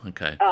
Okay